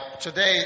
today